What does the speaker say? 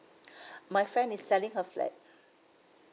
my friend is selling her flat